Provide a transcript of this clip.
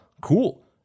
cool